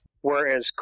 Whereas